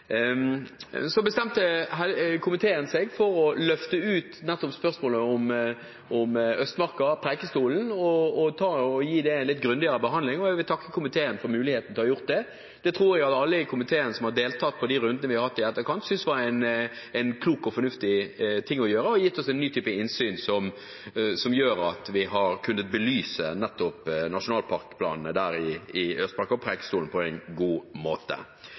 Så bestemte komiteen seg for å løfte ut spørsmålet om Østmarka og Preikestolen og gi det en litt grundigere behandling, og jeg vil takke komiteen for muligheten til å gjøre det. Det tror jeg at alle i komiteen som har deltatt i de rundene vi har hatt i etterkant, synes var en klok og fornuftig ting å gjøre, som har gitt oss en ny type innsyn, som gjør at vi har kunnet belyse nettopp nasjonalparkplanene for Østmarka og Preikestolen på en god måte.